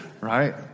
Right